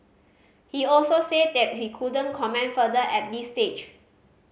he also said that he couldn't comment further at this stage